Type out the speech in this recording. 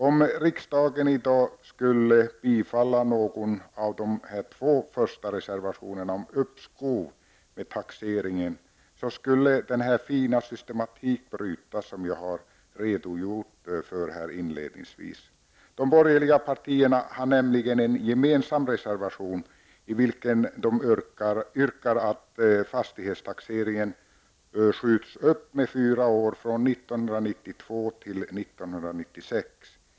Om riksdagen i dag skulle bifalla någon av de två första reservationerna om uppskov med taxeringen skulle den fina systematiken, som jag redogjorde för inledningsvis, brytas. De borgerliga partierna har nämligen en gemensam reservation i vilken de yrkar att fastighetstaxeringen skjuts upp med fyra år från år 1992 till år 1996.